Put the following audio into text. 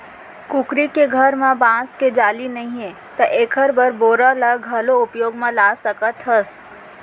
कुकरी के घर बर बांस के जाली नइये त एकर बर बोरा ल घलौ उपयोग म ला सकत हस